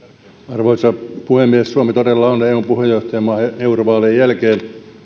arvoisa puhemies suomi todella on eun puheenjohtajamaa eurovaalien jälkeen